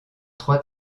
trois